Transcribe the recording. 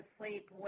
sleep